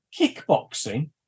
Kickboxing